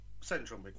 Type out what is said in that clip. central